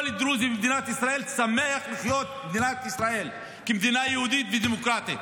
כל דרוזי במדינת ישראל שמח לחיות במדינת ישראל כמדינה יהודית ודמוקרטית